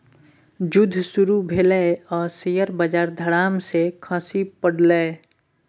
जुद्ध शुरू भेलै आ शेयर बजार धड़ाम सँ खसि पड़लै